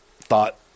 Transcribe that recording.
thought